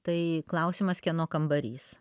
tai klausimas kieno kambarys